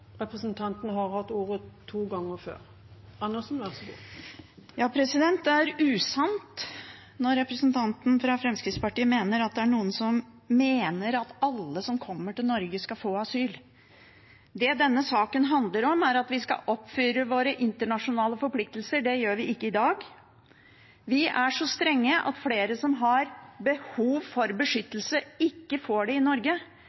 Det er usant når representanten fra Fremskrittspartiet mener at det er noen som mener at alle som kommer til Norge, skal få asyl. Det denne saken handler om, er at vi skal oppfylle vår internasjonale forpliktelser. Det gjør vi ikke i dag. Vi er så strenge at flere som har behov for beskyttelse, ikke får det i Norge.